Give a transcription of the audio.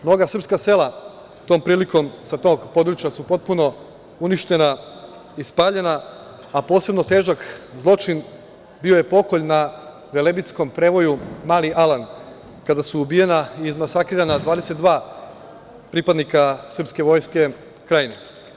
Mnoga srpska sela tom prilikom sa tog područja su potpuno uništena i spaljena, a posebno težak zločin bio je pokolj na Velebitskom prevoju Mali Alan kada su ubijena i masakrirana 22 pripadnika srpske vojske Krajne.